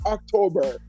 October